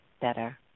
better